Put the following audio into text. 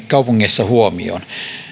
kaupungeissa huomioon